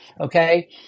Okay